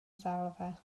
ddalfa